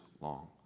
long